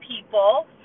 people